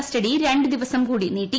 custody രണ്ട് ദിവസം കൂടി നീട്ടി